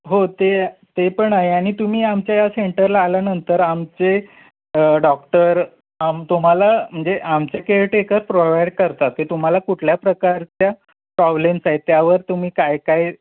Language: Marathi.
हो ते ते पण आहे आणि तुम्ही आमच्या या सेंटरला आल्यानंतर आमचे डॉक्टर आम तुम्हाला म्हणजे आमच्या केअरटेकर प्रोवाइड करतात ते तुम्हाला कुठल्या प्रकारच्या प्रॉब्लेम्स आहेत त्यावर तुम्ही काय काय